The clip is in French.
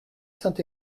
saint